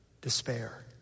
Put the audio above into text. Despair